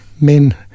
men